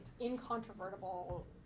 incontrovertible